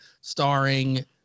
starring